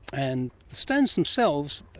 and the stones themselves.